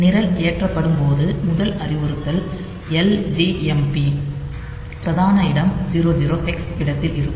நிரல் ஏற்றப்படும் போது முதல் அறிவுறுத்தல் LJMP பிரதான இடம் 00 ஹெக்ஸ் இடத்தில் இருக்கும்